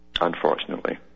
unfortunately